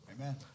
Amen